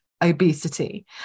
obesity